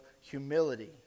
humility